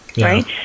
Right